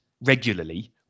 regularly